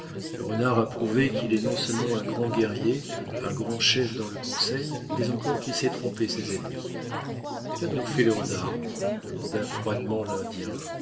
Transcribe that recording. le renard a prouvé qu'il est non seulement un grand guerrier un grand chef dans le conseil mais encore qu'il sait tromper ses ennemis qu'a donc fait le renard demanda froidement l'indien